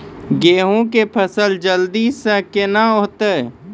गेहूँ के फसल जल्दी से के ना होते?